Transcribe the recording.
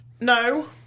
No